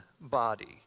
body